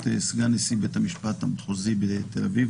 סגן נשיא בית המשפט המחוזי בתל אביב,